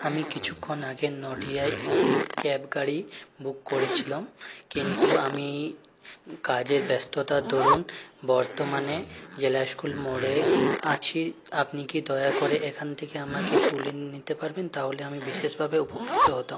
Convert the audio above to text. আমি কিছুক্ষণ আগে নডিয়ায় একটি ক্যাব গাড়ি বুক করেছিলাম কিন্তু আমি কাজে ব্যস্ততার দরুন বর্তমানে জেলা স্কুল মোড়ে আছি আপনি কি দয়া করে এখান থেকে আমাকে তুলে নিতে পারবেন তাহলে আমি বিশেষভাবে উপকৃত হতাম